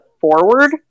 forward